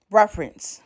reference